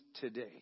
today